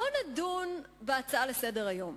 בואו נדון בהצעה לסדר-היום.